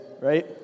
right